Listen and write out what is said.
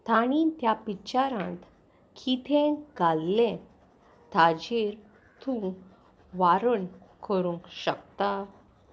तांणी त्या पिक्चरांत किदें घाल्लें ताचेर तूं वारण करूंक शकता